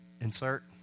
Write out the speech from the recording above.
Insert